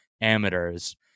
amateurs